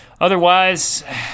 otherwise